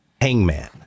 hangman